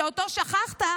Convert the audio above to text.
שאותו שכחת,